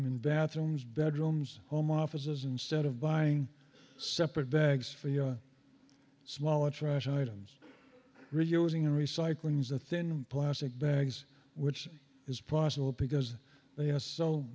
in bathrooms bedrooms home offices instead of buying separate bags for your smaller trash items reusing and recycling is the thin plastic bags which is possible because they are so